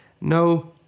No